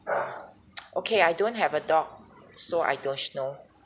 okay I don't have a dog so I don't know